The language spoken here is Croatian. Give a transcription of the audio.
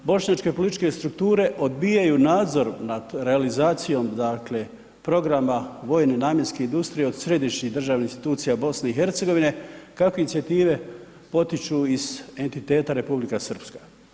Bošnjačke političke strukture odbijaju nadzor nad realizacijom dakle programa vojne namjenske industrije od središnjih državnih institucija BiH kako inicijative potiču iz entiteta Republika Srpska.